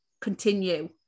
continue